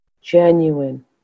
genuine